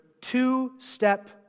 two-step